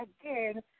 again